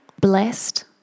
Blessed